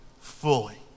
fully